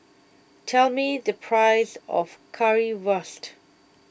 tell me the price of Currywurst